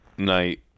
night